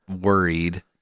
worried